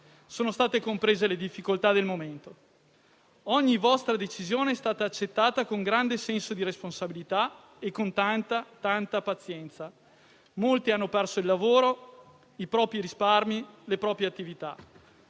sono state comprese le difficoltà del momento e ogni vostra decisione è stata accettata con grande senso di responsabilità e con tanta pazienza. Molti hanno perso il lavoro, i propri risparmi, le proprie attività.